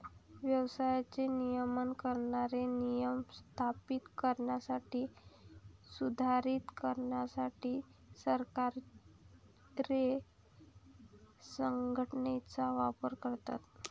व्यवसायाचे नियमन करणारे नियम स्थापित करण्यासाठी, सुधारित करण्यासाठी सरकारे संघटनेचा वापर करतात